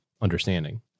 understanding